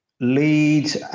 lead